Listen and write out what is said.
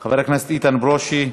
חבר הכנסת איתן ברושי,